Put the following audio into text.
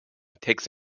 takes